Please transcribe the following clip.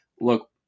look